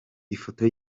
ifoto